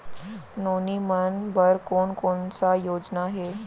नोनी मन बर कोन कोन स योजना हे?